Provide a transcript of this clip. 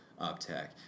Uptech